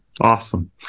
Awesome